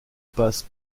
passe